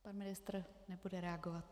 Pan ministr nebude reagovat.